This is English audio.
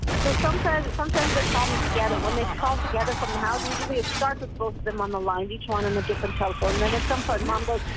so sometimes, and sometimes they call me together. when they call together from the house usually it starts with both of them on the line each one on a different telephone and then at some point mom goes,